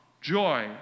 joy